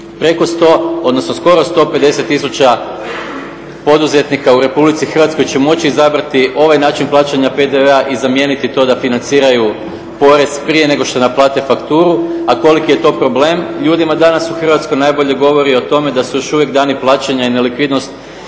preko 100, odnosno skoro 150 tisuća poduzetnika u Republici Hrvatskoj će moći izabrati ovaj način plaćanja PDV-a i zamijeniti to da financiraju porez prije nego što naplate fakturu. A koliki je to problem ljudima danas u Hrvatskoj najbolje govori o tome da su još uvijek dani plaćanja i nelikvidnost